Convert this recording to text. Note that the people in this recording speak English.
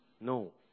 No